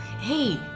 Hey